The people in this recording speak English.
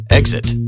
exit